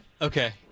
Okay